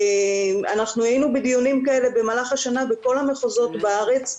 אנחנו היינו בדיונים כאלה במהלך השנה בכל המחוזות בארץ,